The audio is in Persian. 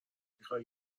میخوای